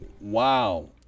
Wow